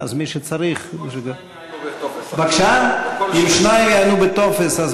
כל שניים יעיינו בטופס.